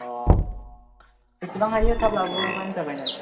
अ जेसेबां हायो थाब लाबोब्लानो जाबाय नों